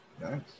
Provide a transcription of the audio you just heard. Nice